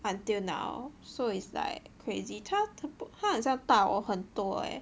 until now so it's like crazy 他很像大我很多 eh